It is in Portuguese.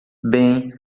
bem